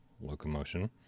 locomotion